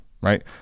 Right